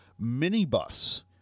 minibus